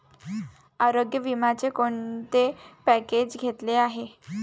आरोग्य विम्याचे कोणते पॅकेज घेतले आहे?